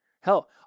Hell